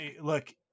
look